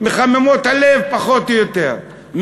מחממות הלב, פחות או יותר.